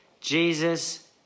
Jesus